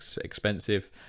expensive